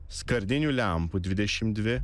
skardinių lempų dvidešim dvi